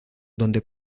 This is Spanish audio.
donde